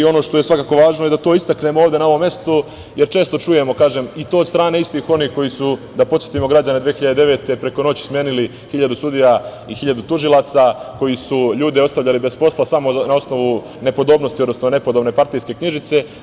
Ono što je svakako važno da to istaknemo ovde na ovom mestu, jer često čujemo kažem, i to od strane istih onih koji su da podsetimo građane, 2009. godine preko noći smenili 1000 sudija i 1000 tužilaca, koji su ljude ostavljali bez posla, samo na osnovu nepodobnosti, odnosno, nepodobne partijske knjižice.